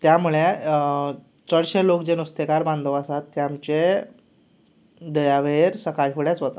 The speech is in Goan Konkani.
तें म्हणल्यार चडशे लोक जे नुस्तेकार बांदव आसात ते आमचे दर्या वेळेर सकाळ फुडेंच वता